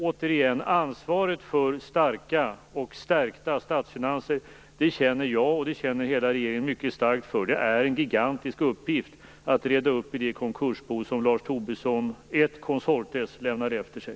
Återigen: Ansvaret för starka och stärkta statsfinanser känner jag och hela regeringen mycket starkt. Det är en gigantisk uppgift att reda upp det konkursbo som Lars Tobisson & Co. lämnade efter sig.